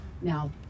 Now